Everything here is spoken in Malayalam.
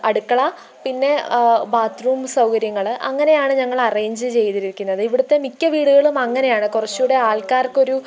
അടുക്കള പിന്നെ ബാത്ത് റൂം സൗകര്യങ്ങള് അങ്ങനെയാണ് ഞങ്ങള് അറേയ്ഞ്ച് ചെയ്തിരിക്കുന്നത് ഇവിടുത്തെ മിക്ക വീടുകളും അങ്ങനെയാണ് കുറച്ചുകൂടെ ആൾക്കാർക്ക് ഒരു